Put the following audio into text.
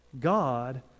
God